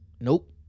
nope